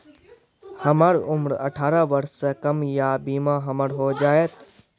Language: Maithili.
हमर उम्र अठारह वर्ष से कम या बीमा हमर हो जायत?